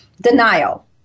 Denial